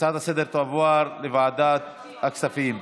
ההצעה לסדר-היום תועבר לוועדת הכספים.